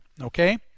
okay